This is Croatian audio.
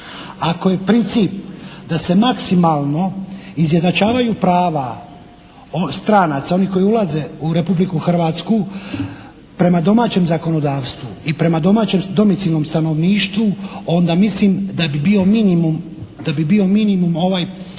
Ako je princip da se maksimalno izjednačavaju prava stranaca, onih koji ulaze u Republiku Hrvatsku prema domaćem zakonodavstvu i prema domaćem domicilnom stanovništvu onda mislim da bi bio minimum ovaj